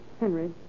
Henry